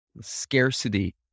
scarcity